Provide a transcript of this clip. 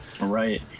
Right